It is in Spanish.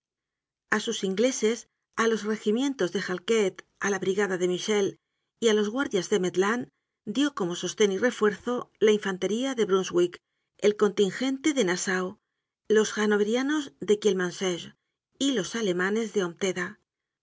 a sus ingleses á los regimientos de halkett á la brigada de mitchell y á los guardias de maitland dió como sosten y refuerzo la infantería de brunswick el contingente de nassau los hannoverianos de kielmansegge y los alemanes de ompteda